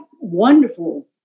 wonderful